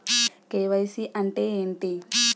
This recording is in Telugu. కే.వై.సీ అంటే ఏంటి?